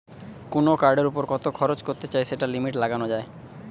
কুনো কার্ডের উপর কত খরচ করতে চাই সেটার লিমিট লাগানা যায়